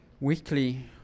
weekly